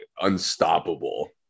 unstoppable